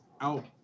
out